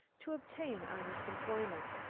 to obtain honest employment.